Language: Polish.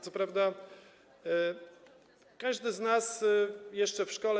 Co prawda każdy z nas jeszcze w szkole.